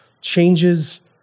changes